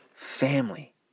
family